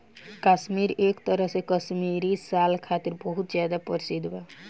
काश्मीर एक तरह से काश्मीरी साल खातिर बहुत ज्यादा प्रसिद्ध बा